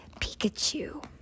Pikachu